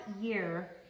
year